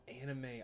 anime